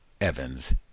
Evans